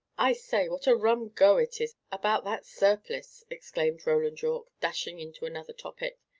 i say, what a rum go it is about that surplice! exclaimed roland yorke, dashing into another topic.